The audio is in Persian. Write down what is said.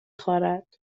خورد